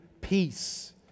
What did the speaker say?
peace